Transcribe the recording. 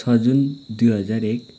छ जुन दुई हजार एक